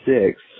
six